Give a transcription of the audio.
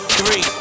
three